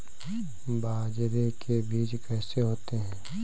बाजरे के बीज कैसे होते हैं?